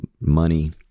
money